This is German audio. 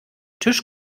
tisch